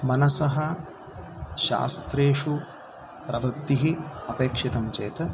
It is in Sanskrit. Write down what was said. मनसः शास्त्रेषु प्रवृत्तिः अपेक्षिता चेत्